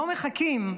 לא מחכים.